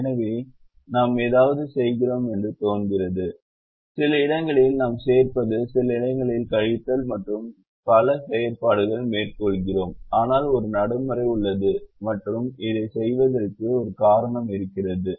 எனவே நாம் ஏதாவது செய்கிறோம் என்று தோன்றுகிறது சில இடங்களில் நாம் சேர்ப்பது சில இடங்கள் கழித்தல் மற்றும் பல செயற்பாடுகள் மேற்கொள்கிறோம் ஆனால் ஒரு நடைமுறை உள்ளது மற்றும் இதைச் செய்வதற்கு ஒரு காரணம் இருக்கிறது